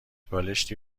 بالشتی